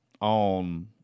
on